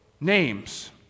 names